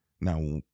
Now